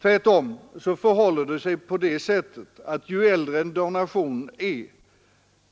Tvärtom förhåller det sig så att ju äldre en donation är